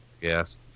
Yes